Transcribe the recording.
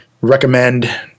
recommend